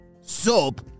Soap